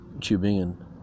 Tubingen